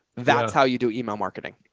that's how you do email marketing.